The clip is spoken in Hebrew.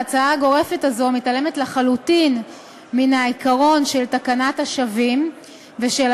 ההצעה הגורפת הזו מתעלמת לחלוטין מן העיקרון של תקנת השבים ושל